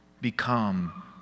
become